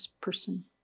person